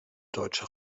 deutsche